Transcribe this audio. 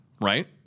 right